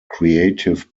creative